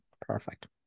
Perfect